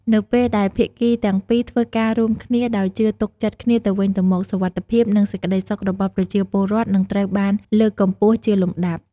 នៅពេលដែលភាគីទាំងពីរធ្វើការរួមគ្នាដោយជឿទុកចិត្តគ្នាទៅវិញទៅមក សុវត្ថិភាព និងសេចក្តីសុខរបស់ប្រជាពលរដ្ឋនឹងត្រូវបានលើកកម្ពស់ជាលំដាប់។